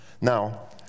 Now